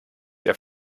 der